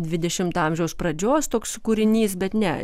dvidešimto amžiaus pradžios toks kūrinys bet ne